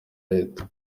leta